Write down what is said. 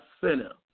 sinner